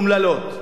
עצב,